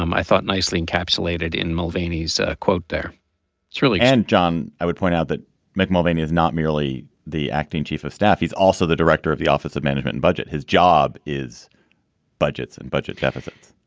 um i thought, nicely encapsulated in mulvaney's ah quote there charlie and john, i would point out that mick mulvaney is not merely the acting chief of staff. he's also the director of the office of management budget. his job is budgets and budget deficits